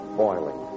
boiling